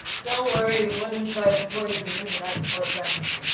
don't worry, we wouldn't try to poison you the night before a dragon-fight